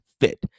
fit